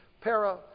Para